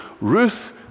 Ruth